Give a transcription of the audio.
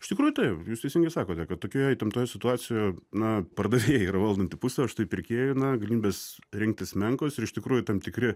iš tikrųjų taip jūs teisingai sakote kad tokioje įtemptoje situacijoje na pardavėjai yra valdanti pusė o štai pirkėjų na galimybės rinktis menkos ir iš tikrųjų tam tikri